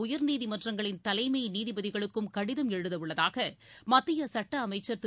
உயர்நீதிமன்றங்களின் தலைமை நீதிபதிகளுக்கும் கடிதம் எழுதவுள்ளதாக மத்திய சட்ட அமைச்சர் திரு